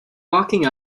walking